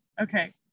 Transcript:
okay